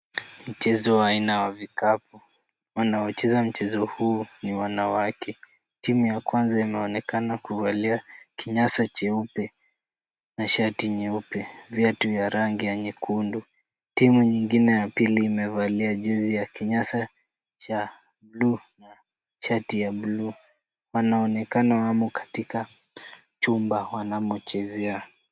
Mchezo wa aina ya vikapu. Wanaocheza mchezo huo ni wanawake. Timu ya kwanza inaonekana kuvalia kinyasa cheupe, na shati nyeupe, viatu vya rangi ya nyekundu. Timu nyingine ya pili imevalia jezi ya kinyasa cha blue na shati ya blue ; wanaonekana wamo katika chumba wanamo chezea.